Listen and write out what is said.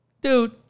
Dude